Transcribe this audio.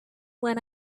when